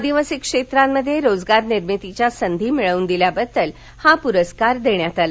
आदिवासी क्षेत्रांमध्ये रोजगार निर्मितीच्या संधी मिळवून दिल्याबद्दल हा पुरस्कार देण्यात आला